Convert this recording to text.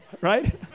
right